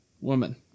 woman